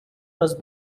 was